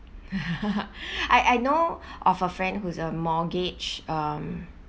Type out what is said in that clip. I I know of a friend who's a mortgage um